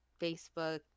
facebook